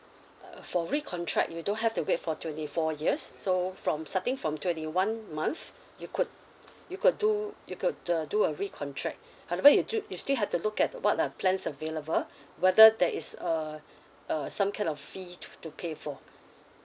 for recontract you don't have to wait for twenty four years so from starting from twenty oneth months you could you could do you could to uh do a recontract however you do you still have to look at what are the plans available whether that is err err some kind of fees to pay for